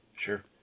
sure